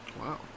Wow